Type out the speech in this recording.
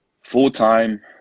Full-time